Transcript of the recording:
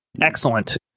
excellent